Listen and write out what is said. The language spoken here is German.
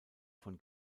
von